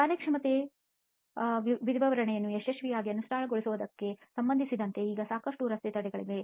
ಕಾರ್ಯಕ್ಷಮತೆಯ ವಿವರಣೆಯನ್ನು ಯಶಸ್ವಿಯಾಗಿ ಅನುಷ್ಠಾನಗೊಳಿಸುವುದಕ್ಕೆ ಸಂಬಂಧಿಸಿದಂತೆ ಈಗ ಸಾಕಷ್ಟು ರಸ್ತೆ ತಡೆಗಳಿವೆ